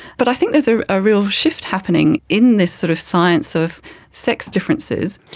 but i think there's a ah real shift happening in this sort of science of sex differences.